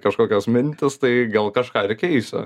kažkokios mintys tai gal kažką ir keisiu